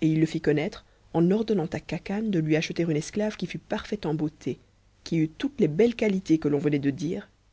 et il le fit connaître en ordonnant à kbacan de lui acheter une esclave qui fût parfaite en beauté qui eût toutes les belles qualités que l'on venait de dire